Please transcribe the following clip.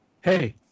hey